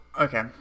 okay